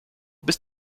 bis